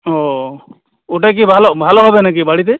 ও ওটা কি ভালো ভালো হবে না কি বাড়িতে